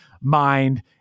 mind